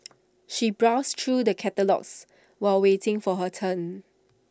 she browsed through the catalogues while waiting for her turn